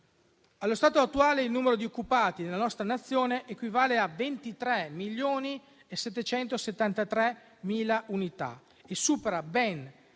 Allo stato attuale, il numero di occupati nella nostra Nazione equivale a 23.773.000 unità, superando